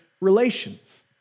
relations